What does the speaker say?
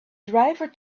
driver